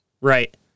Right